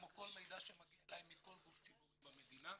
כמו כל מידע שמגיע אלי מכל גוף ציבורי במדינה.